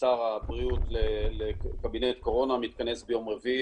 שר הבריאות בקבינט הקורונה שמתכנס ביום רביעי,